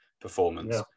performance